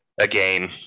Again